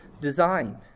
design